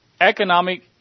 economic